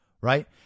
Right